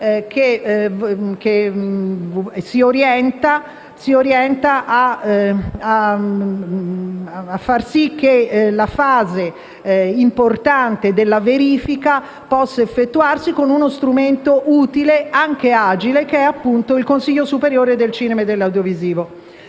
pacchetto orientato a fare in modo che l'importante fase di verifica possa effettuarsi con uno strumento utile ed anche agile, che è appunto il Consiglio superiore della cinema e dell'audiovisivo.